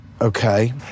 Okay